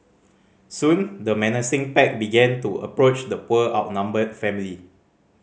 soon the menacing pack began to approach the poor outnumbered family